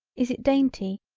is it dainty,